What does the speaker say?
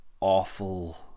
awful